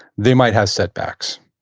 they might have setbacks.